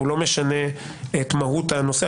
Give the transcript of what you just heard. הוא לא משנה את מהות הנושא,